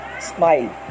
smile